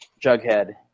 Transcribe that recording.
Jughead